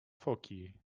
foki